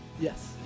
yes